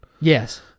Yes